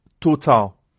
total